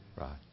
Right